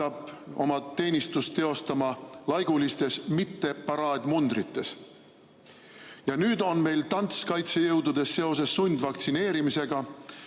hakkab teenistust teostama laigulistes, mitte paraadmundrites. Nüüd on meil tants kaitsejõududes seoses sundvaktsineerimisega,